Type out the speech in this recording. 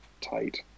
tight